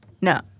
No